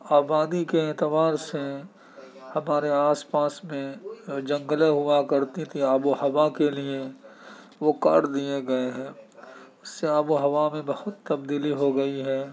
آبادی کے اعتبار سے ہمارے آس پاس میں جنگلیں اگا کرتی تھی آب و ہوا کے لیے وہ کاٹ دیے گئے ہیں اس سے آب و ہوا میں بہت تبدیلی ہو گئی ہے